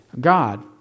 God